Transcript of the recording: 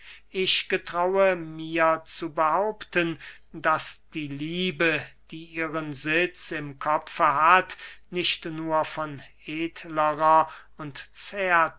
ich getraue mir zu behaupten daß die liebe die ihren sitz im kopfe hat nicht nur von edlerer und